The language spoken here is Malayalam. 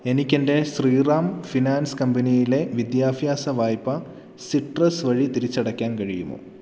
എനിക്കെൻ്റെ ശ്രീറാം ഫിനാൻസ് കമ്പനിയിലെ വിദ്യാഭ്യാസ വായ്പ സിട്രസ് വഴി തിരിച്ചടയ്ക്കാൻ കഴിയുമോ